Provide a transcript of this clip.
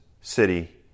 city